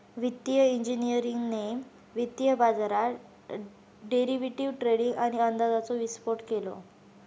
वित्तिय इंजिनियरिंगने वित्तीय बाजारात डेरिवेटीव ट्रेडींग आणि अंदाजाचो विस्फोट केलो